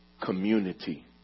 community